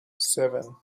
seven